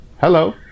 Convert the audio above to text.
Hello